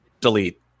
delete